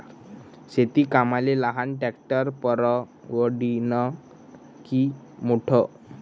शेती कामाले लहान ट्रॅक्टर परवडीनं की मोठं?